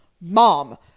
mom